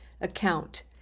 account